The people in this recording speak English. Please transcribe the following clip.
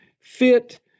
fit